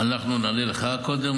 אנחנו נענה לך קודם,